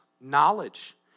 knowledge